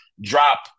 drop